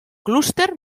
clúster